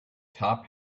top